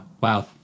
Wow